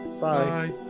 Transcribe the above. bye